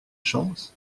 chance